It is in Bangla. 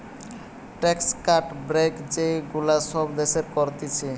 ট্যাক্স কাট, ব্রেক যে গুলা সব দেশের করতিছে